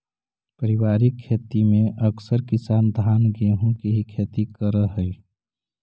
पारिवारिक खेती में अकसर किसान धान गेहूँ के ही खेती करऽ हइ